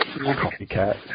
Copycat